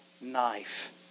knife